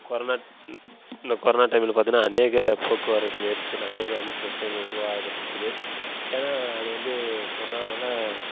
corona இந்த corona டைமில் பார்த்தீன்னா அநேக போக்குவரத்து நெரிசல் அநேக வந்து பிரச்சனை உருவாக்கப்பட்டது ஏனால் அது வந்து கொரோனாவினால